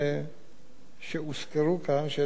שאני דיברתי עליהם,